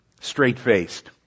straight-faced